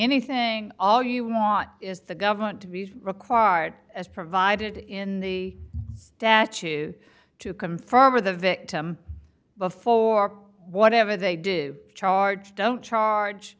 anything all you want is the government to be required as provided in the statue to confirm or the victim before whatever they do charge don't charge